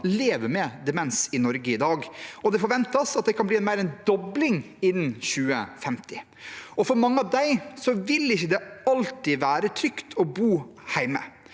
lever med demens i Norge i dag, og det forventes at det kan bli mer enn en dobling innen 2050. For mange av dem vil det ikke alltid være trygt å bo hjemme,